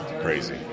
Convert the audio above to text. crazy